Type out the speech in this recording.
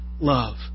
love